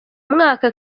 mwaka